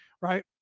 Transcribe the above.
Right